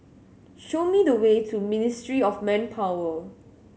show me the way to Ministry of Manpower